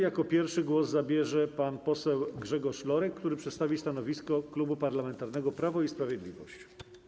Jako pierwszy głos zabierze pan poseł Grzegorz Lorek, który przedstawi stanowisko Klubu Parlamentarnego Prawo i Sprawiedliwość.